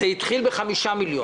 זה התחיל ב-5 מיליון שקלים.